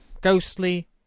ghostly